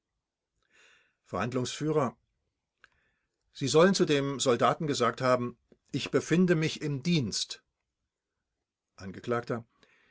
verhandlungsf sie sollen zu dem soldaten gesagt haben ich befinde mich im dienst